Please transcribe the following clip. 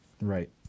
right